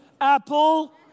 Apple